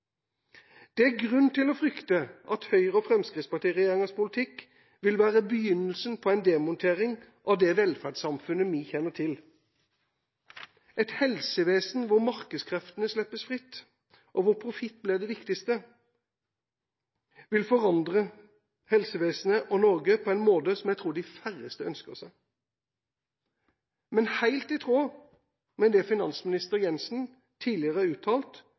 Det er grunn til å frykte at Høyre–Fremskrittsparti-regjeringas politikk vil være begynnelsen på en demontering av det velferdssamfunnet vi kjenner til. Et helsevesen hvor markedskreftene slippes fri, og hvor profitt blir det viktigste, vil forandre helsevesenet og Norge på en måte som jeg tror de færreste ønsker seg, men helt i tråd med det som finansminister Jensen tidligere har uttalt,